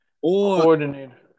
coordinator